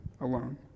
alone